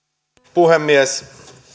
puhemies